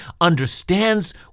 understands